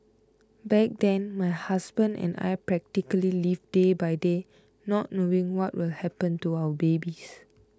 back then my husband and I practically lived day by day not knowing what will happen to our babies